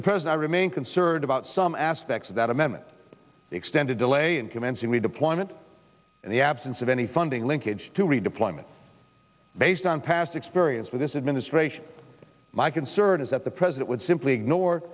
mr president i remain concerned about some aspects of that amendment extended delay in commencing the deployment and the absence of any funding linkage to redeployment based on past experience with this administration my concern is that the president would simply ignore